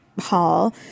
hall